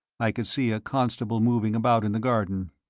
i could see a constable moving about in the garden.